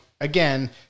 again